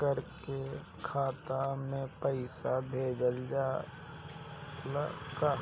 करके खाता में पैसा भेजल जाला का?